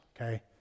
Okay